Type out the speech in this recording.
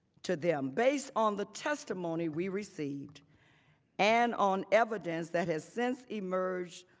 to them based on the testimony we received an on evidence that has since emerged